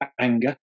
anger